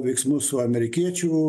veiksmus su amerikiečių